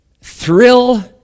thrill